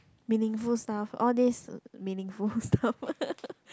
meaningful stuff all this meaningful stuff